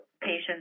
patients